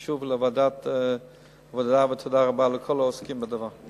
ושוב לוועדת העבודה, ותודה רבה לכל העוסקים בדבר.